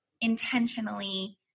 intentionally